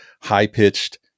high-pitched